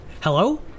Hello